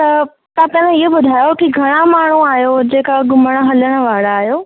त तव्हां पहिरियों इहो ॿुधायो की घणा माण्हू आहियो जेका घुमण हलण वारा आहियो